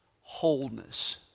wholeness